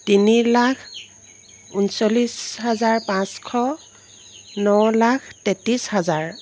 তিনি লাখ ঊনচল্লিছ হাজাৰ পাঁচশ ন লাখ তেত্ৰিছ হাজাৰ